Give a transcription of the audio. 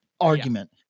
argument